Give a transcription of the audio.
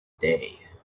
day